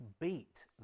beat